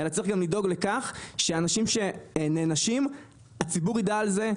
אלא צריך גם לדאוג לכך שאנשים שנענשים הציבור יידע על זה,